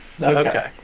Okay